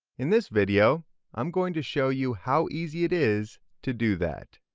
in this video i'm going to show you how easy it is to do that.